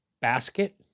basket